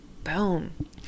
Boom